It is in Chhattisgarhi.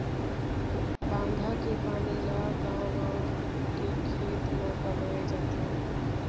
बांधा के पानी ल गाँव गाँव के खेत म पलोए जाथे